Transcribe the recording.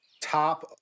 top